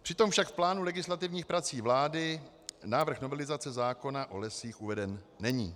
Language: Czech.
Přitom však v plánu legislativních prací vlády návrh novelizace zákona o lesích uveden není.